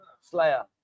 Slayer